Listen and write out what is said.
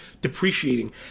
depreciating